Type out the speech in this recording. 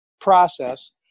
process